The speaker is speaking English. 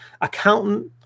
accountant